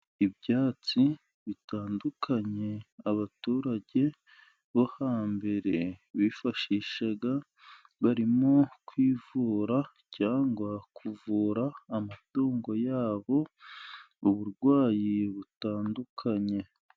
Ibyatsi bitandukanye, abaturage bo hambere bifashishaga barimo kwivura, cyangwa kuvura amatungo yabo uburwayi butandukanye.